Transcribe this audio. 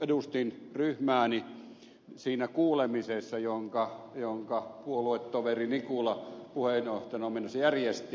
edustin ryhmääni siinä kuulemisessa jonka puoluetoveri nikula puheenjohtajan ominaisuudessa järjesti